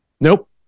Nope